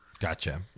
Gotcha